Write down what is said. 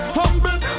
humble